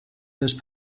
those